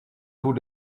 tous